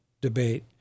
debate